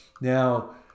Now